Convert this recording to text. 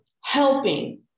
helping